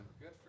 Good